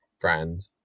brand